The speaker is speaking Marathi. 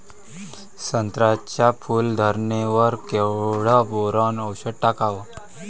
संत्र्याच्या फूल धरणे वर केवढं बोरोंन औषध टाकावं?